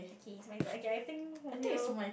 okay it's my turn okay I think from here